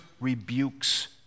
rebukes